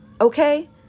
Okay